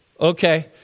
Okay